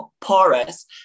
porous